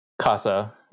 CASA